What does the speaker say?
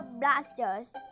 blasters